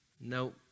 No